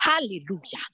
Hallelujah